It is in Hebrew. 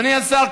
אדוני השר,